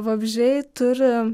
vabzdžiai turi